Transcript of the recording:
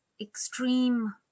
extreme